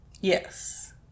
Yes